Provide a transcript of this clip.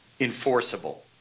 enforceable